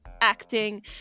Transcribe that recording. acting